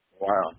Wow